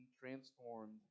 transformed